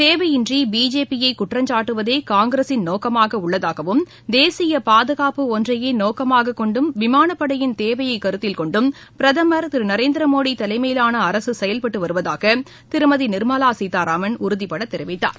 தேவையின்றி பிஜேபி யை குற்றம் சாட்டுவதே காங்கிரஸின் நோக்கமாக உள்ளதாகவும் தேசிய பாதுகாப்பு ஒன்றையே நோக்கமாக கொண்டும் விமானப்படையின் தேவையை கருத்தில்கொண்டும் பிரதமர் திரு நரேந்திர மோடி தலைமையிலான அரசு செயல்பட்டு வருவதாக திருமதி நிர்மலா சீதாராமன் உறுதிபட தெரிவித்தார்